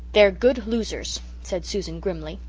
they're good losers said susan grimly.